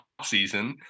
offseason